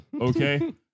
Okay